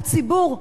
הציבור,